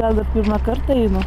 gal ir pirmą kartą einu